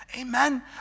Amen